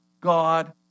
God